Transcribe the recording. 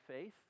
faith